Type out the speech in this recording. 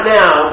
now